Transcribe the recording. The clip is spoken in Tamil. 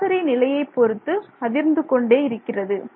சராசரி நிலையைப் பொறுத்து அதிர்ந்து கொண்டே இருக்கிறது